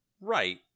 Right